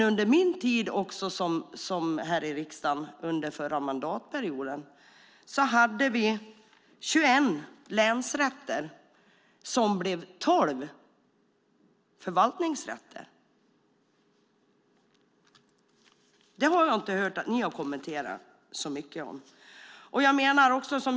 Under min tid här i riksdagen under förra mandatperioden hade vi dock 21 länsrätter som blev 12 förvaltningsrätter. Det har jag inte hört att ni har kommenterat så mycket.